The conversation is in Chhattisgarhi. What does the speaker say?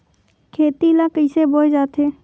खेती ला कइसे बोय जाथे?